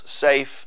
safe